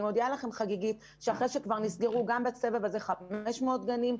אני מודיעה לכם חגיגית שאחרי שנסגרו 500 גנים בסבב זה,